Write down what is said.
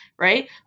right